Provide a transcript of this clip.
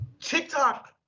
TikTok